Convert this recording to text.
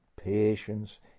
patience